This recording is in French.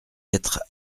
d’être